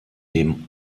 dem